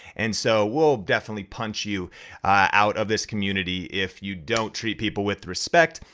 and so we'll definitely punch you out of this community if you don't treat people with respect.